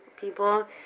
people